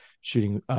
shooting